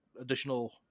additional